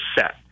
set